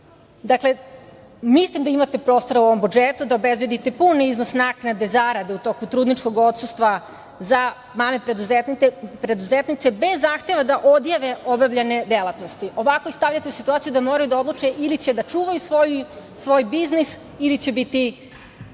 radu. Mislim da imate prostora u ovom budžetu da obezbedite pun iznos naknade zarade u toku trudničkog odsustva za mame preduzetnice bez zahteva da odjave obavljanje delatnosti. Ovako ih stavljate u situaciju da moraju da odluče - ili će da čuvaju svoj biznis ili će biti